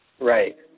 right